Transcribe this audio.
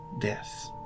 death